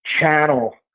channel